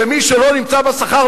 שמי שלא נמצא בשכר,